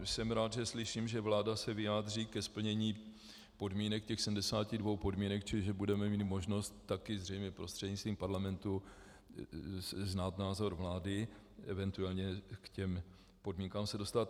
Jsem rád, že slyším, že vláda se vyjádří ke splnění těch 72 podmínek, čili že budeme mít možnost taky zřejmě prostřednictvím parlamentu znát názor vlády, eventuálně se k těm podmínkám dostat.